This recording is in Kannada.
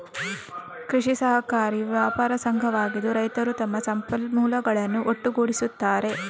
ಕೃಷಿ ಸಹಕಾರಿಯು ವ್ಯಾಪಾರ ಸಂಘವಾಗಿದ್ದು, ರೈತರು ತಮ್ಮ ಸಂಪನ್ಮೂಲಗಳನ್ನು ಒಟ್ಟುಗೂಡಿಸುತ್ತಾರೆ